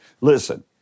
listen